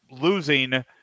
losing –